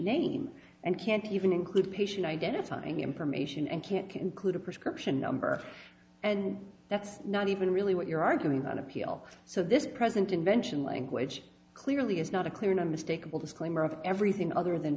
name and can't even include patient identifying information and can't conclude a prescription number and that's not even really what you're arguing on appeal so this present invention language clearly is not a clear and unmistakable disclaimer of everything other than